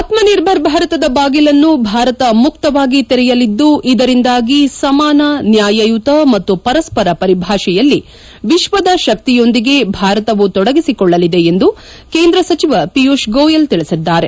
ಆತ್ನ ನಿರ್ಭರ್ ಭಾರತದ ಬಾಗಿಲನ್ನು ಭಾರತ ಮುಕ್ತವಾಗಿ ತೆರೆಯಲಿದ್ದು ಇದರಿಂದಾಗಿ ಸಮಾನ ನ್ಯಾಯುತ ಮತ್ತು ಪರಸ್ಪರ ಪರಿಭಾಷೆಯಲ್ಲಿ ವಿಶ್ಲದ ಶಕ್ತಿಯೊಂದಿಗೆ ಭಾರತವು ತೊಡಗಿಸಿಕೊಳ್ಳಲಿದೆ ಎಂದು ಕೇಂದ್ರ ಸಚಿವ ವಿಯೂಷ್ ಗೋಯಲ್ ತಿಳಿಸಿದ್ದಾರೆ